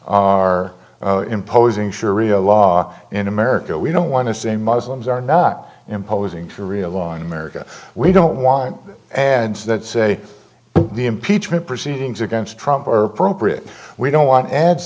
are imposing sharia law in america we don't want to say muslims are not imposing sharia law in america we don't want and that say the impeachment proceedings against trump are appropriate we don't want ads